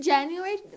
January